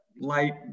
light